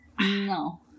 no